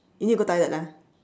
you need to go toilet ah